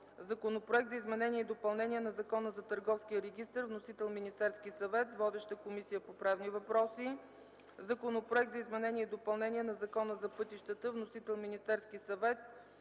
Законопроект за изменение и допълнение на Закона за Търговския регистър. Вносител е Министерският съвет. Водеща е Комисията по правни въпроси. - Законопроект за изменение и допълнение на Закона за пътищата. Вносител е Министерският съвет.